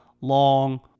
long